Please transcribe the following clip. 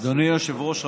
אדוני היושב-ראש,